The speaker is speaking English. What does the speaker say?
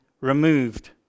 removed